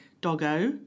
Doggo